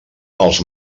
els